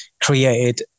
created